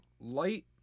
light